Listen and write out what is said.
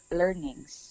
learnings